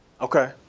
Okay